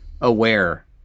aware